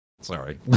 Sorry